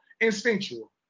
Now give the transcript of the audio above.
instinctual